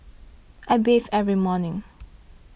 I bathe every morning